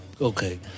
Okay